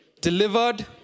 delivered